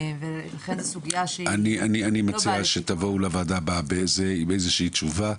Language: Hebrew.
ולכן זו סוגיה --- אני מציע שתבואו לוועדה הבאה עם איזושהי תשובה.